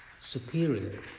superior